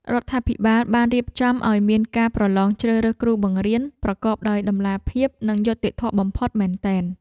រដ្ឋាភិបាលបានរៀបចំឱ្យមានការប្រឡងជ្រើសរើសគ្រូបង្រៀនប្រកបដោយតម្លាភាពនិងយុត្តិធម៌បំផុតមែនទែន។